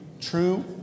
true